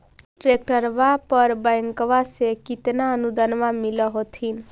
ट्रैक्टरबा पर बैंकबा से कितना अनुदन्मा मिल होत्थिन?